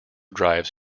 drives